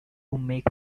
make